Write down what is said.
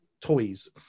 toys